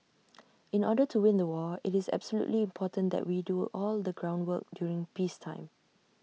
in order to win the war IT is absolutely important that we do all the groundwork during peacetime